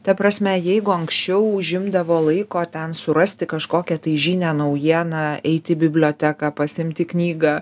ta prasme jeigu anksčiau užimdavo laiko ten surasti kažkokią tai žinią naujieną eit į biblioteką pasiimti knygą